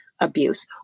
abuse